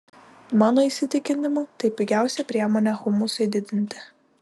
mano įsitikinimu tai pigiausia priemonė humusui didinti